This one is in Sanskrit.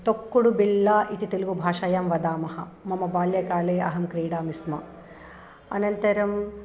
तोक्कुडुबिल्ला इति तेलुगुभाषायां वदामः मम बाल्यकाले अहं क्रीडामि स्म अनन्तरम्